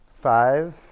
Five